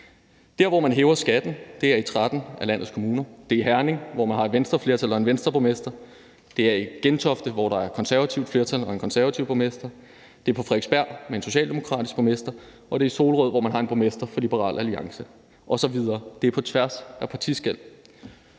Dér, hvor man hæver skatten, er i 13 af landets kommuner. Det er i Herning Kommune, hvor man har et Venstreflertal og en Venstreborgmester. Det er i Gentofte Kommune, hvor der er et konservativt flertal og en konservativ borgmester. Det er i Frederiksberg Kommune med en socialdemokratisk borgmester, og det er i Solrød Kommune, hvor man har en borgmester fra Liberal Alliance, osv. Det er på tværs af partiskel.